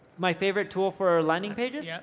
my favourite tool for landing pages? yeah